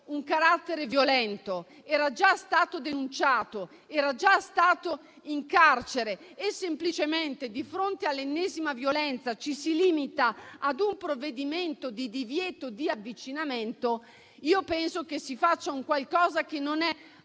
un carattere violento, era già stato denunciato, era già stato in carcere e semplicemente, di fronte all'ennesima violenza ci si limita ad emettere un provvedimento di divieto di avvicinamento - io penso che ciò che si sta facendo